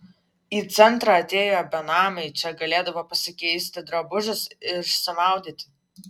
į centrą atėję benamiai čia galėdavo pasikeisti drabužius išsimaudyti